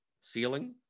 ceiling